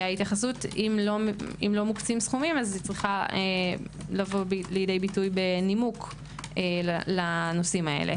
אם לא מוקצים סכומים היא צריכה לבוא לידי ביטוי בנימוק לנושאים האלה.